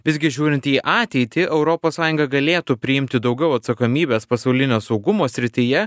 visgi žiūrint į ateitį europos sąjunga galėtų priimti daugiau atsakomybės pasaulinio saugumo srityje